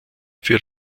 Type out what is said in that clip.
für